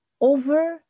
over